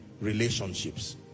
Relationships